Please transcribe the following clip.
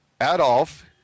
Adolf